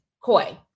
Koi